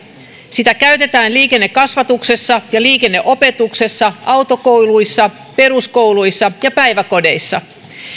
sitä käytetään liikennekasvatuksessa ja liikenneopetuksessa autokouluissa peruskouluissa ja päiväkodeissa